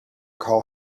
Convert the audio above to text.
call